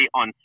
on